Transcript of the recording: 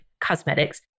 Cosmetics